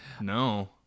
No